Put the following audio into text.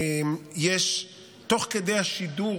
תוך כדי השידור